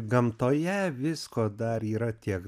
gamtoje visko dar yra tiek